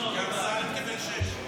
אמסלם קיבל שש?